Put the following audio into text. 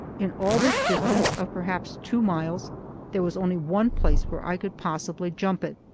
in all this distance of perhaps two miles there was only one place where i could possibly jump it,